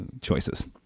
choices